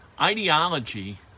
ideology